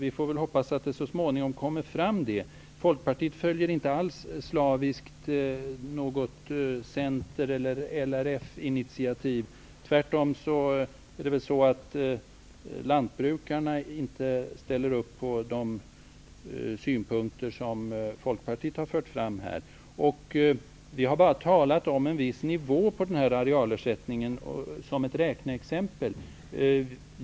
Vi får väl hoppas att det så småningom kommer fram ett sådant. Folkpartiet följer inte alls slaviskt något Center eller LRF initiativ. Tvärtom är det väl så att lantbrukarna inte ställer upp på de synpunkter som Folkpartiet har fört fram här. Vi har bara talat om en viss nivå på den här arealersättningen som ett räkneexempel.